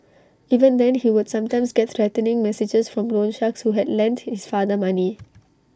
even then he would sometimes get threatening messages from loan sharks who had lent his father money